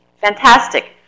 Fantastic